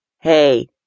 Hey